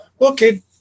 Okay